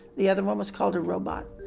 the other one was called a robot.